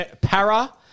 Para